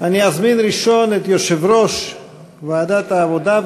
אני אזמין ראשון את יושב-ראש ועדת העבודה,